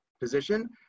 position